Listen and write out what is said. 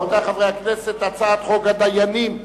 רבותי חברי הכנסת, הצעת חוק הדיינים (תיקון,